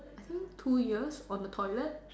I think two years on the toilet